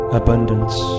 abundance